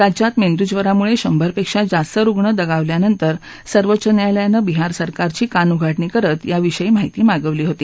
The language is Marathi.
राज्यात मेंदूज्वरामुळे शंभरपेक्षा जास्त रुग्ण दगावल्यानंतर सर्वोच्च न्यायालयानं बिहार सरकारची कानउघाडणी करत या विषयी माहिती मागवली होती